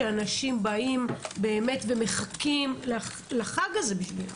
שאנשים באים ומחכים לחג הזה.